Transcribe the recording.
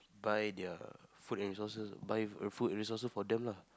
buy their food and resources buy food resources for them lah